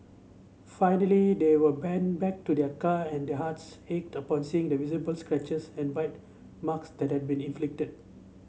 finally they were pen back to their car and their hearts ached upon seeing the visible scratches and bite marks that had been inflicted